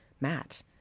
Matt